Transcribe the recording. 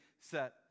set